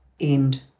end